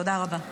תודה רבה.